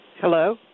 Hello